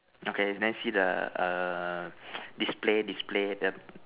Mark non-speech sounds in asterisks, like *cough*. okay then see the err *noise* display display the